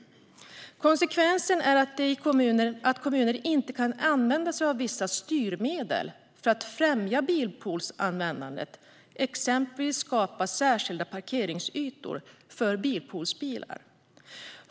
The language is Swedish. Konsekvensen blir att kommuner inte kan använda sig av vissa styrmedel för att främja bilpoolsanvändandet, exempelvis skapa särskilda parkeringsytor för bilpoolsbilar.